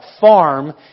farm